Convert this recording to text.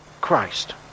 Christ